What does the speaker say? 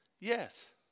Yes